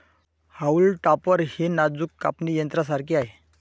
haulm टॉपर हे नाजूक कापणी यंत्रासारखे आहे